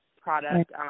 product